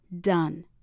done